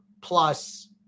plus